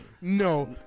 no